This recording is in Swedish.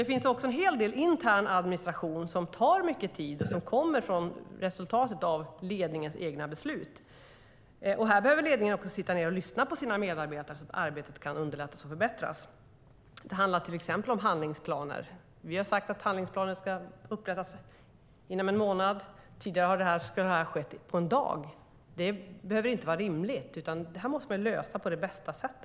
Det finns också en hel del intern administration som tar mycket tid, vilket är resultatet av ledningens egna beslut. Här behöver ledningen lyssna på sina medarbetare så att arbetet kan underlättas och förbättras. Det handlar till exempel om handlingsplaner. Vi har sagt att handlingsplaner ska upprättas inom en månad. Tidigare har det skett på en dag. Det behöver inte vara rimligt utan ska lösas på bästa sätt.